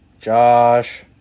Josh